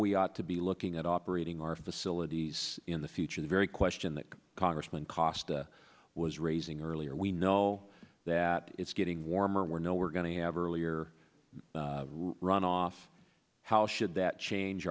we ought to be looking at operating our facilities in the future the very question that congressman costa was raising earlier we know that it's getting warmer we're know we're going to have earlier runoff how should that change